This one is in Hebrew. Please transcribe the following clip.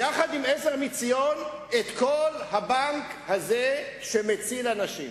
יחד עם "עזר מציון", את כל הבנק הזה, שמציל אנשים.